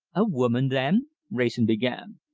a woman, then wrayson began.